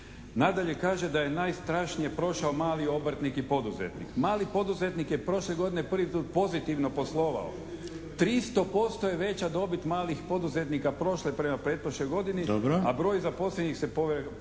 Nadalje, kaže da je najstrašnije prošao mali obrtnik i poduzetnik. Mali poduzetnik je prošle godine prvi pozitivno poslovao. 300% je veća dobit malih poduzetnika prošle prema pretprošloj godini a broj zaposlenih se popeo